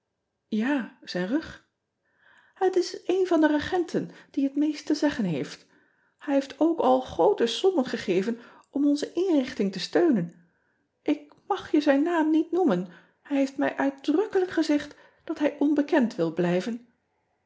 a zijn rug et is een van de regenten die het meest te zeggen heeft ij heeft ook al groote sommen gegeven om onze inrichting te steunen k mag je zijn naam niet noemen hij heeft mij uitdrukkelijk gezegd dat hij onbekend wil blijven